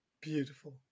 Beautiful